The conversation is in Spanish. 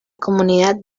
comunidad